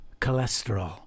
cholesterol